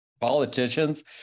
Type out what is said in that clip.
politicians